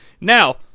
Now